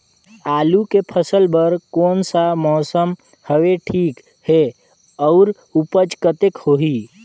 आलू के फसल बर कोन सा मौसम हवे ठीक हे अउर ऊपज कतेक होही?